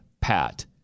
pat